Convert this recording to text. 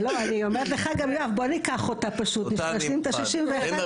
בוא ניקח אותה פשוט ונשלים את ה-61.